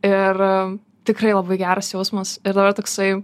ir tikrai labai geras jausmas ir dabar toksai